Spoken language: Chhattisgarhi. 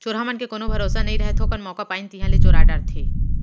चोरहा मन के कोनो भरोसा नइ रहय, थोकन मौका पाइन तिहॉं ले चोरा डारथें